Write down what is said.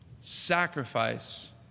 sacrifice